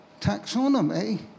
taxonomy